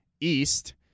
East